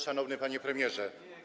Szanowny Panie Premierze!